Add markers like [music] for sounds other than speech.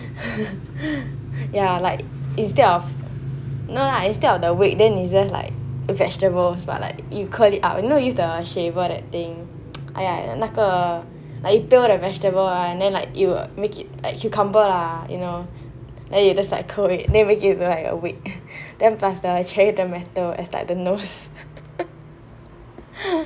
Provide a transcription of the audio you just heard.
[laughs] ya like instead of no lah instead of the wig then it will just be vegetables but you curled it up like you use the shaver that thing [noise] !aiya! 那个 um you peel the vegetable one then like it will cucumber lah you know then you just like curl it then you make it into a wig plus the err cherry tomato as like the nose [laughs]